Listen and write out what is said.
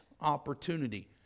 opportunity